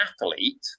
athlete